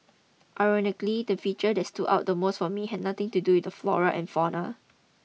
ironically the feature that stood out the most for me had nothing to do with the flora and fauna